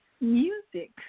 music